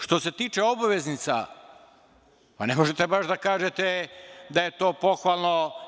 Što se tiče obveznica, pa, ne možete baš da kažete da je to pohvalno.